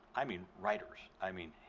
i mean, writers. i mean,